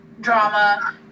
drama